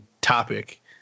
topic